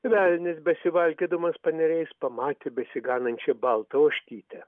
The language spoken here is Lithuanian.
velnias besivalkiodamas paneriais pamatė besiganančią baltą ožkytę